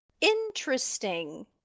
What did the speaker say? Interesting